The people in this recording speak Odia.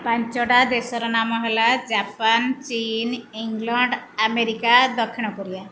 ପାଞ୍ଚଟା ଦେଶର ନାମ ହେଲା ଜାପାନ ଚୀନ ଇଂଲଣ୍ତ ଆମେରିକା ଦକ୍ଷିଣ କୋରିଆ